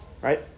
right